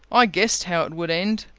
i guessed how it would end.